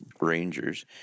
rangers